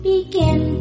begin